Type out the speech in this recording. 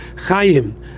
Chaim